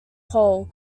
pol